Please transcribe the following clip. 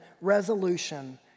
resolution